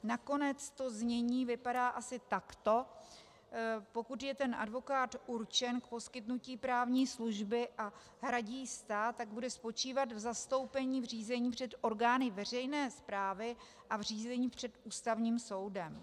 Nakonec to znění vypadá asi takto: Pokud je advokát určen k poskytnutí právní služby a hradí ji stát, tak bude spočívat v zastoupení v řízení před orgány veřejné správy a v řízení před Ústavním soudem.